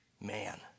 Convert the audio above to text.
man